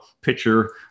picture